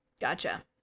gotcha